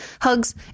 Hugs